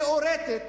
תיאורטית,